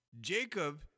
Jacob